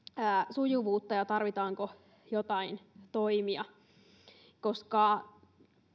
sujuvuutta ja sitä tarvitaanko jotain toimia koska